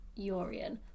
Yorian